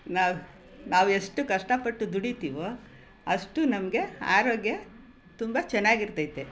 ನಾ ನಾವು ಎಷ್ಟು ಕಷ್ಟಪಟ್ಟು ದುಡಿತೀವೋ ಅಷ್ಟು ನಮಗೆ ಆರೋಗ್ಯ ತುಂಬ ಚೆನ್ನಾಗಿರ್ತೈತೆ